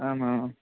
आम् आम्